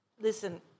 listen